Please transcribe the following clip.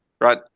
Right